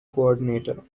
coordinator